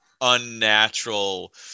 unnatural